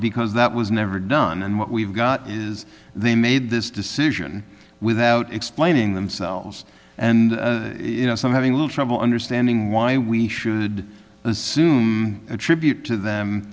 because that was never done and what we've got is they made this decision without explaining themselves and you know some having a little trouble understanding why we should assume attribute to them